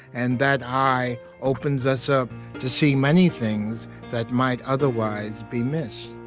and that eye opens us up to see many things that might otherwise be missed